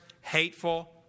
hateful